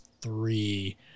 three